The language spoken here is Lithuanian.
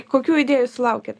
kokių idėjų sulaukėt